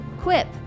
Quip